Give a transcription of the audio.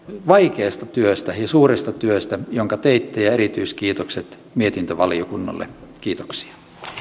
vaikeasta työstä ja suuresta työstä jonka teitte ja erityiskiitokset mietintövaliokunnalle kiitoksia